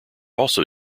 also